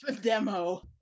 demo